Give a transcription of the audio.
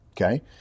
okay